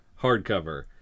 hardcover